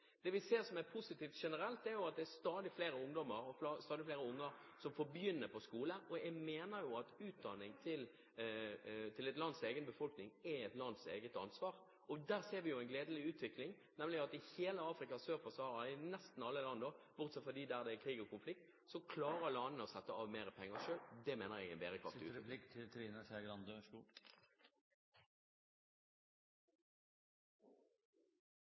Det vi ser som er generelt positivt, er at det er stadig flere ungdommer, stadig flere unger, som får begynne på skole, og jeg mener jo at utdanning til et lands egen befolkning, er landets eget ansvar. Der ser vi en gledelig utvikling, nemlig at i hele Afrika sør for Sahara – i hvert fall i nesten alle land, bortsett fra dem der det er krig og konflikt – klarer landene å sette av mer penger selv. Det mener jeg er en bærekraftig utvikling. Changemaker har hatt en kampanje som går på etikken knyttet til